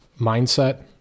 Mindset